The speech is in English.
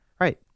Right